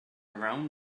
around